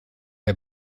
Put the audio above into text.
der